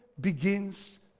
begins